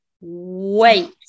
wait